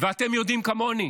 אתם יודעים כמוני,